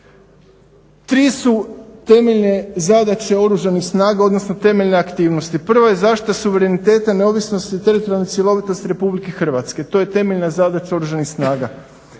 Tri su temeljne zadaće Oružanih snaga, odnosno temeljne aktivnosti. Prva je zaštita suvereniteta, neovisnosti i teritorijalne cjelovitosti Republika Hrvatske. To je temeljna zadaća Oružanih snaga.